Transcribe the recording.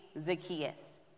Zacchaeus